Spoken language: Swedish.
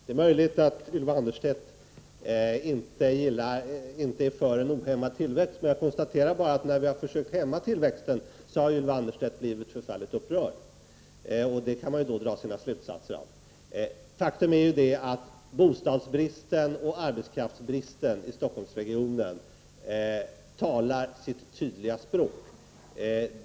Fru talman! Det är möjligt att Ylva Annerstedt inte är för en ohämmad tillväxt. Men Ylva Annerstedt har blivit förfärligt upprörd när vi har försökt att hämma tillväxten, och av det kan man dra sina slutsatser. Bostadsbristen och bristen på arbetskraft i Stockholmsregionen talar sitt tydliga språk.